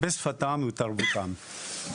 בשפתם ותרבותם.